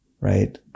Right